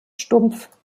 stumpf